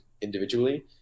individually